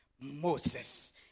Moses